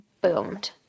boomed